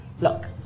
Look